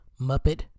Muppet